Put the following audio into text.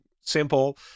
simple